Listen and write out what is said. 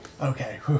Okay